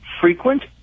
frequent